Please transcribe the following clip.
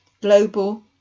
global